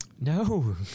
No